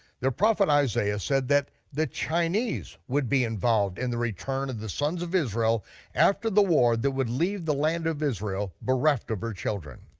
their prophet isaiah said that the chinese would be involved in the return of the sons of israel after the war that would leave the land of israel bereft of her children.